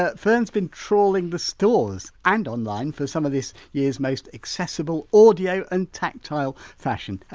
ah fern's been trawling the stores and online for some of this year's most accessible audio and tactile fashion.